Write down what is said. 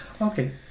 Okay